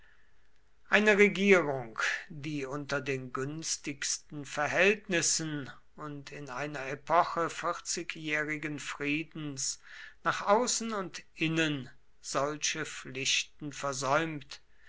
eine regierung die unter den günstigsten verhältnissen und in einer epoche vierzigjährigen friedens nach außen und innen solche pflichten versäumt